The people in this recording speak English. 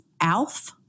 Alf